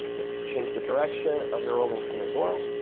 then change the direction of your rolling pin as well.